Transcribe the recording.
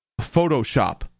Photoshop